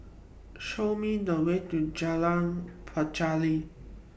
Show Me The Way to Jalan Pacheli